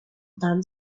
than